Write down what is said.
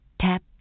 Tap